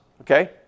Okay